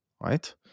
right